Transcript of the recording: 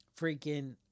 freaking